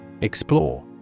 Explore